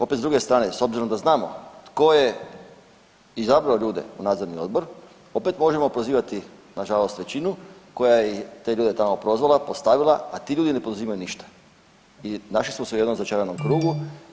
Opet s druge strane s obzirom da znamo tko je izabrao ljude u nadzorni odbor opet možemo prozivati nažalost većinu koja je te ljude tamo prozvala i postavila, a ti ljudi ne poduzimaju ništa i našli su se u jednom začaranom krugu.